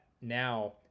now